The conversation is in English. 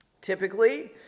Typically